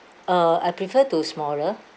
uh I prefer to smaller